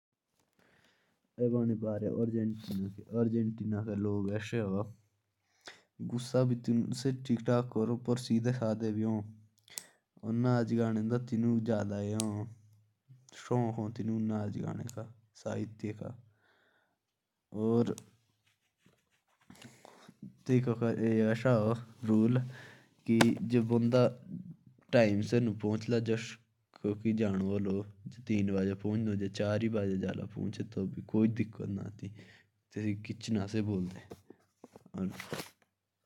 जो दक्षिन अफ्रीका देश ह। उस देश को इंद्रधनुष का देश भी खा जाता ह वहाँ हिंदू भी पाँच परसेंट लोग रहते ह।